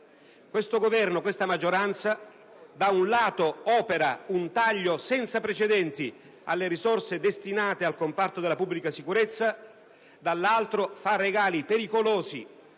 Questo Governo e questa maggioranza da un lato operano un taglio senza precedenti alle risorse destinate al comparto della pubblica sicurezza e dall'altro fanno regali pericolosi